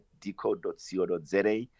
decode.co.za